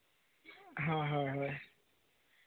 ᱦᱳᱭ ᱦᱳᱭ